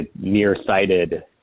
nearsighted